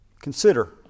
consider